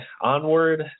onward